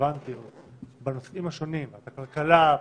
הרלוונטיות בנושאים השונים ועדת הכלכלה,